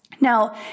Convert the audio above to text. Now